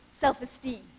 self-esteem